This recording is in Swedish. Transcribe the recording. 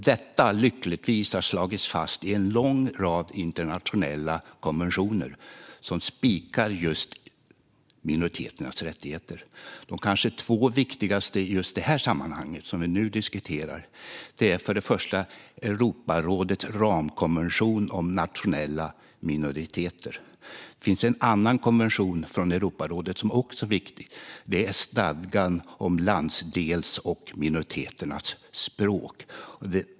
Detta har lyckligtvis slagits fast i en lång rad internationella konventioner som spikar just minoriteternas rättigheter. De kanske två viktigaste i just det sammanhang som vi nu diskuterar är för det första Europarådets ramkonvention om nationella minoriteter och för det andra en konvention från Europarådet om stadgan om landsdels och minoritetsspråk.